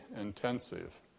intensive